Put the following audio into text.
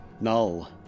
null